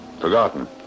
Forgotten